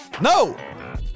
no